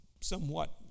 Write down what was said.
somewhat